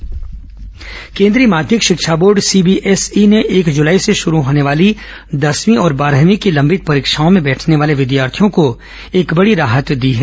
CBSE परीक्षा केंद्रीय माध्यमिक शिक्षा बोर्ड सीबीएसई ने एक जुलाई से शुरू होने वाली दसवीं और बारहवीं की लंबित परीक्षाओं में बैठने वाले विद्यार्थियों को एक बड़ी राहत दी है